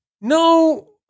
No